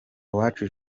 uwacu